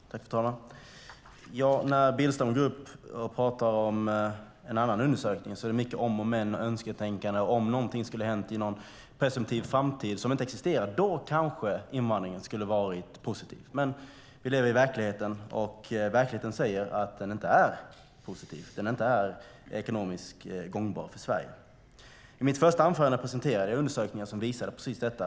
Fru talman! När Tobias Billström går upp och pratar om en annan undersökning är det mycket om och men och önsketänkande: Om någonting skulle ha hänt i någon presumtiv framtid som inte existerar, då kanske invandringen skulle ha varit positiv. Men vi lever i verkligheten, och verkligheten säger att invandringen varken är positiv eller ekonomiskt gångbar för Sverige. I mitt första inlägg presenterade jag undersökningar som visade precis detta.